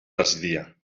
residia